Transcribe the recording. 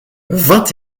vingt